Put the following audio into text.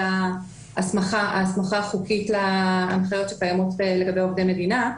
ההסמכה החוקית להנחיות שקיימות לגבי עובדי מדינה.